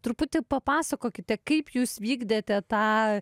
truputį papasakokite kaip jūs vykdėte tą